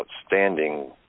outstanding